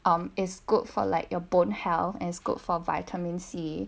um is good for like your bone health and is good for vitamin c